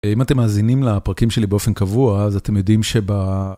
אם אתם מאזינים לפרקים שלי באופן קבוע, אז אתם יודעים שבה...